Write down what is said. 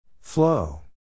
Flow